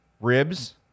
ribs